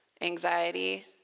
anxiety